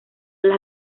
las